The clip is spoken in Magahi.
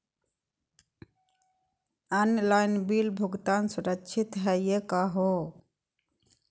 ऑनलाइन बिल भुगतान सुरक्षित हई का हो?